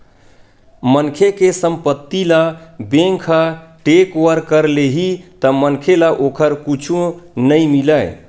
मनखे के संपत्ति ल बेंक ह टेकओवर कर लेही त मनखे ल ओखर कुछु नइ मिलय